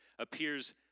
appears